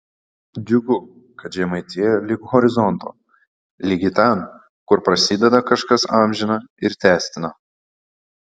džiugu kad žemaitija lig horizonto ligi ten kur prasideda kažkas amžina ir tęstina